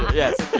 yes